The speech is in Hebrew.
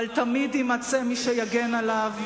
אבל תמיד ימצא מי שיגן עליו,